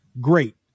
great